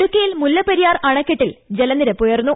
ഇടുക്കിയിൽ മുല്ലപ്പെരിയാർ അണക്കെട്ടിൽ ജലനിരപ്പുയർന്നു